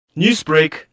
Newsbreak